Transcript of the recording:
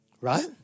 Right